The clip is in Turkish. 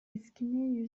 etkinliğe